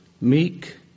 meek